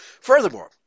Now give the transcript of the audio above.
Furthermore